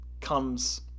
comes